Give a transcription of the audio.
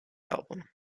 album